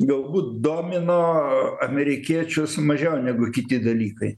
galbūt domino amerikiečius mažiau negu kiti dalykai